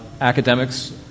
academics